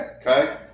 Okay